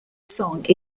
song